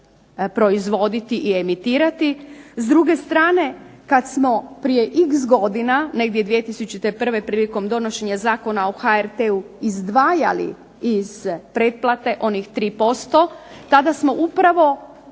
proizvoditi i emitirati. S druge strane kada smo prije x godina, negdje 2001. prilikom donošenja Zakona o HRT-u izdvajali iz pretplate onih 3%, tada smo upravo